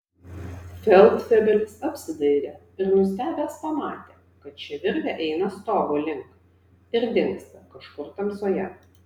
feldfebelis apsidairė ir nustebęs pamatė kad ši virvė eina stogo link ir dingsta kažkur tamsoje